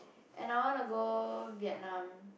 and I wanna go Vietnam